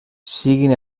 siguin